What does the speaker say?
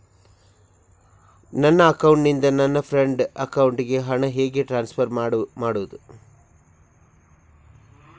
ನನ್ನ ಅಕೌಂಟಿನಿಂದ ನನ್ನ ಫ್ರೆಂಡ್ ಅಕೌಂಟಿಗೆ ಹಣ ಹೇಗೆ ಟ್ರಾನ್ಸ್ಫರ್ ಮಾಡುವುದು?